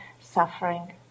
suffering